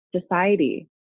society